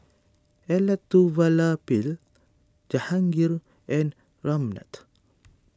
Elattuvalapil Jahangir and Ramnath